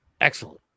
Excellent